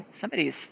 somebody's